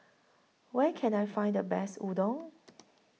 Where Can I Find The Best Udon